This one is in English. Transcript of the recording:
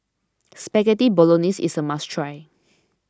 Spaghetti Bolognese is a must try